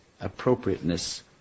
appropriateness